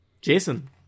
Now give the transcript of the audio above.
Jason